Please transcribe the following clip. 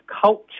culture